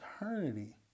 eternity